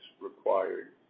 required